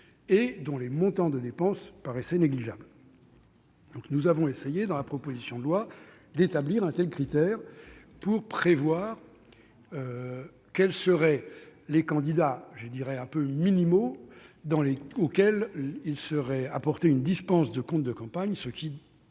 et dont les montants de dépenses paraissaient négligeables. Nous avons essayé, dans la proposition de loi, d'établir un tel critère, afin de pouvoir identifier les candidats « minimaux », dirais-je, auxquels serait accordée une dispense de compte de campagne, ce qui